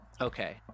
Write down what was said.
Okay